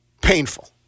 painful